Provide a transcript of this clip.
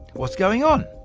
what's going on?